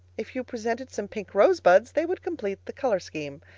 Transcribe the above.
if you presented some pink rosebuds, they would complete the color scheme.